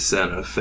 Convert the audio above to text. Center